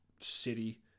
city